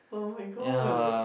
[oh]-my-god